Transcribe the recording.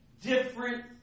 different